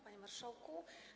Panie Marszałku!